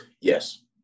Yes